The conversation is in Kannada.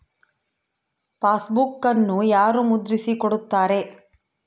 ಪಾಸ್ಬುಕನ್ನು ಯಾರು ಮುದ್ರಿಸಿ ಕೊಡುತ್ತಾರೆ?